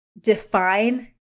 define